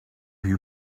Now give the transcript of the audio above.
you